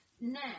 now